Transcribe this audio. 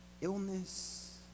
illness